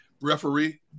referee